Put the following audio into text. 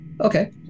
okay